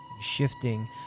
shifting